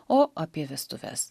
o apie vestuves